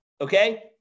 Okay